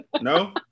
No